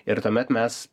ir tuomet mes